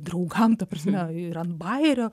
draugam ta prasme ir ant bajerio